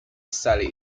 sally